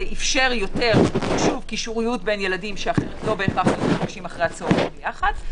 זה אפשר יותר קישוריות בין ילדים שלא בהכרח היו נפגשים אחר הצהריים יחד.